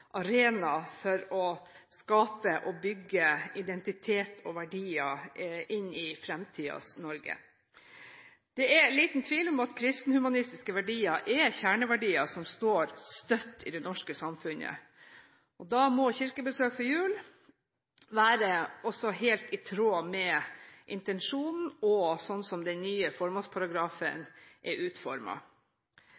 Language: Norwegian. arena for å skape og bygge identitet og verdier for fremtidens Norge. Det er liten tvil om at kristenhumanistiske verdier er kjerneverdier som står støtt i det norske samfunnet. Da må kirkebesøk før jul også være helt i tråd med intensjonen i den nye formålsparagrafen,